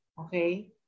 Okay